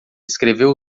escreveu